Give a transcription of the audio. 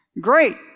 Great